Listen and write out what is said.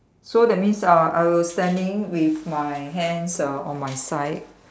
so that means I'll I will standing with my hands uh on my side